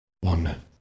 One